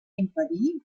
impedir